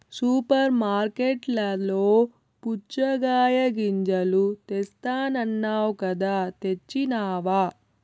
super మార్కట్లలో పుచ్చగాయ గింజలు తెస్తానన్నావ్ కదా తెచ్చినావ